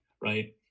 right